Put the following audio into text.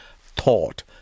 thought